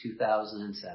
2007